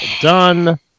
done